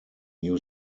new